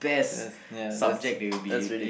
that's ya that's that's really